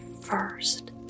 first